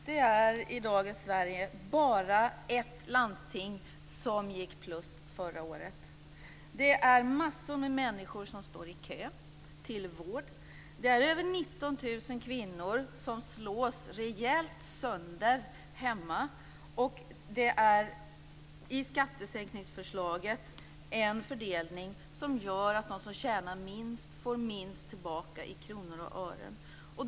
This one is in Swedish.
Fru talman! Det var bara ett landsting som gick med vinst förra året. I dagens Sverige står massor med människor i kö till vård. Över 19 000 kvinnor slås sönder hemma, och skattesänkningsförslaget innebär en fördelning som gör att de som tjänar minst får minst tillbaka i kronor och ören.